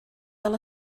fel